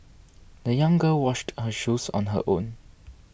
the young girl washed her shoes on her own